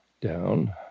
down